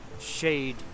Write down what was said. shade